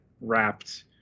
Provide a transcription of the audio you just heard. wrapped